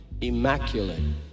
immaculate